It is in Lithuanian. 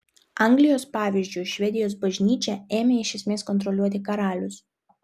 anglijos pavyzdžiu švedijos bažnyčią ėmė iš esmės kontroliuoti karalius